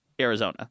Arizona